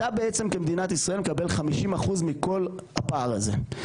אתה בעצם כמדינת ישראל מקבל 50% מכל הפער הזה.